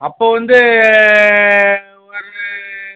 அப்போ வந்து ஒரு